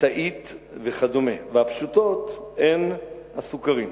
תאית וכדומה, והפשוטות הן הסוכרים.